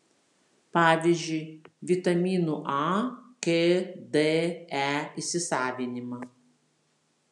pavyzdžiui vitaminų a k d e įsisavinimą